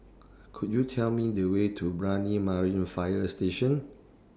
Could YOU Tell Me The Way to Brani Marine Fire Station